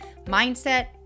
mindset